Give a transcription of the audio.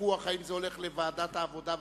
היה ויכוח אם היא הולכת לוועדת העבודה,